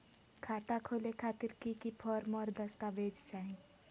खाता खोले खातिर की की फॉर्म और दस्तावेज चाही?